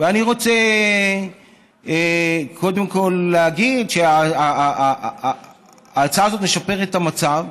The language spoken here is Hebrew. אני רוצה קודם כול להגיד שההצעה הזאת משפרת את המצב,